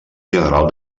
general